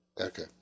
Okay